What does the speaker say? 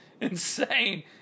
insane